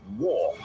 war